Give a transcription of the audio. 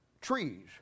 Trees